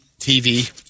TV